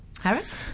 Harris